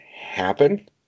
Happen